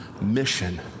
mission